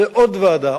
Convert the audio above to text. זו עוד ועדה,